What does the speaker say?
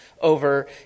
over